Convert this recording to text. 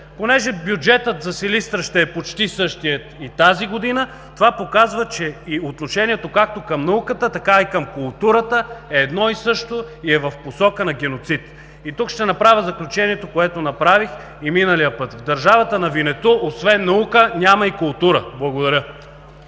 Понеже бюджетът за Силистра ще е почти същият и тази година, това показва, че отношението както към науката, така и към културата е едно и също и е в посока на геноцид. И тук ще направя заключението, което направих и миналия път: в държавата на Винету освен наука няма и култура. Благодаря.